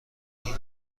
هیچ